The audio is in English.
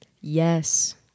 Yes